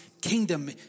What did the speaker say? kingdom